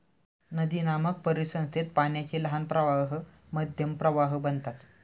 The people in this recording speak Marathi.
नदीनामक परिसंस्थेत पाण्याचे लहान प्रवाह मध्यम प्रवाह बनतात